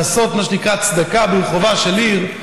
לעשות מה שנקרא צדקה ברחובה של עיר.